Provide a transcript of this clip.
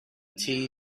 tea